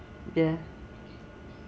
the